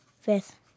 fifth